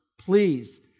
please